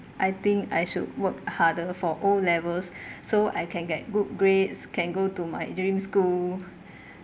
I think I should work harder for o levels so I can get good grades can go to my dream school